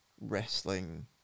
Wrestling